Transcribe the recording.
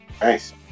Nice